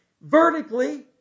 vertically